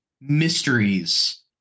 mysteries